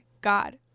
God